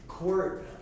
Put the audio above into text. court